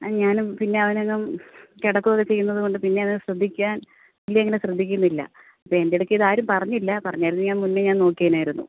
ഞാനും പിന്നെ അവനിങ്ങു കിടക്കുവൊക്കെ ചെയ്യുന്നതുകൊണ്ട് പിന്നെ അങ്ങനെ ശ്രദ്ധിക്കാൻ പുള്ളി അങ്ങനെ ശ്രദ്ധിക്കുന്നില്ല അപ്പം എൻ്റടുക്കെ ഇതാരും പറഞ്ഞില്ല പറഞ്ഞായിരുന്നേൽ ഞാൻ മുന്നേ ഞാൻ നോക്കിയേനായിരുന്നു